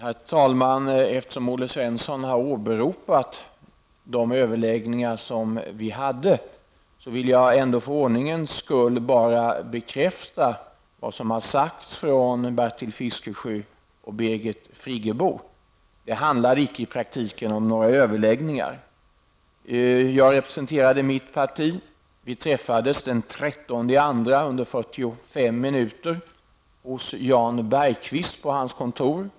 Herr talman! Eftersom Olle Svensson har åberopat de överläggningar vi hade, vill jag ändå för ordningens skull bara bekräfta vad som har sagts av Bertil Fiskesjö och Birgit Friggebo. Det handlade icke i praktiken om några överläggningar. Jag representerade mitt parti. Vi träffades den 13 februari under 45 minuter hos Jan Bergqvist på hans kontor.